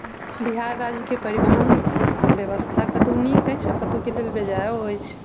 बिहार राज्य के परिवहन व्यवस्था कतौ नीक अछि आ कतौ के लेल बेजायो अछि